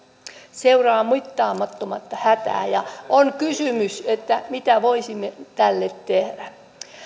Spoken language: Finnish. seuraa mittaamatonta hätää on kysymys siitä mitä voisimme tälle tehdä